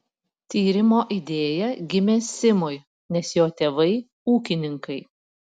tyrimo idėja gimė simui nes jo tėvai ūkininkai